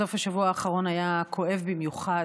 סוף השבוע האחרון היה כואב במיוחד,